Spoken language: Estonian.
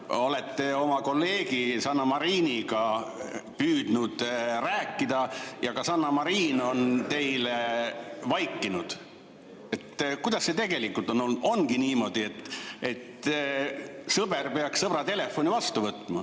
olete oma kolleegi Sanna Mariniga püüdnud rääkida ja ka Sanna Marin on vaikinud. Kuidas see tegelikult on olnud? [Tavaliselt] on niimoodi, et sõber peaks sõbra telefoni vastu võtma,